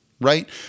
right